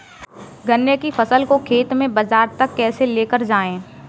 गन्ने की फसल को खेत से बाजार तक कैसे लेकर जाएँ?